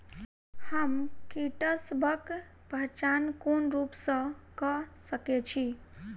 हम कीटसबक पहचान कोन रूप सँ क सके छी?